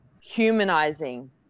humanizing